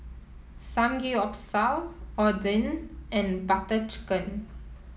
Samgyeopsal Oden and Butter Chicken